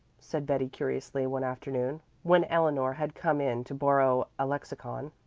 said betty curiously one afternoon when eleanor had come in to borrow a lexicon.